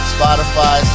Spotify